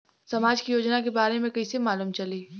समाज के योजना के बारे में कैसे मालूम चली?